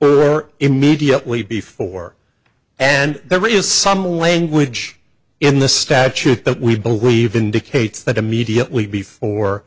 or immediately before and there is some language in the statute that we believe indicates that immediately before